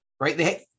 right